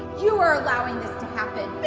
you are allowing this to happen.